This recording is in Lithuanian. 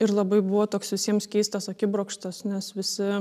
ir labai buvo toks visiems keistas akibrokštas nes visi